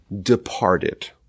departed